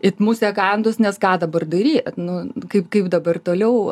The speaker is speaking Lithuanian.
it musę kandus nes ką dabar daryt nu kaip kaip dabar toliau